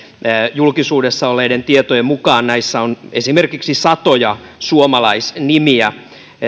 julkisuudessa olleiden tietojen mukaan näissä on esimerkiksi satoja suomalaisnimiä